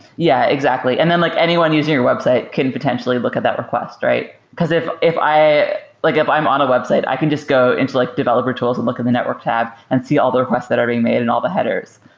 yeah, exactly. and then like anyone using your website can potentially look at that request, right? because if if like i'm on a website, i can just go into like developer tools and look in the network tab and see all the requests that are being made and all the headers.